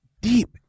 deep